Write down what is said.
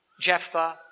Jephthah